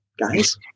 guys